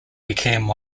became